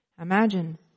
Imagine